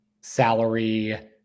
salary